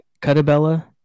Cutabella